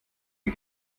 den